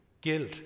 Guilt